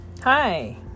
Hi